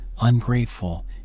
ungrateful